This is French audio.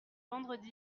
vendredi